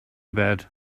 bad